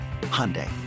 Hyundai